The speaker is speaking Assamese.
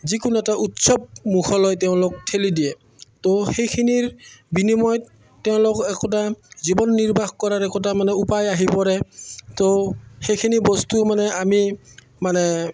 যিকোনো এটা উৎসৱ মুখলৈ তেওঁলোক ঠেলি দিয়ে তো সেইখিনিৰ বিনিময়ত তেওঁলোক একোটা জীৱন নিৰ্বাহ কৰাৰ একোটা মানে উপায় আহি পৰে তো সেইখিনি বস্তু মানে আমি মানে